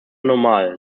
normal